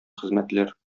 хезмәтләр